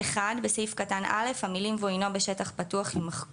בסעיף קטן (א), המילים "והוא אינו בשטח פתוח,"